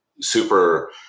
super